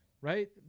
right